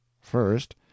First